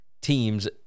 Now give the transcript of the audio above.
teams